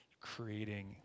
Creating